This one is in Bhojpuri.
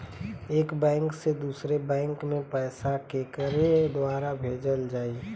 एक बैंक से दूसरे बैंक मे पैसा केकरे द्वारा भेजल जाई?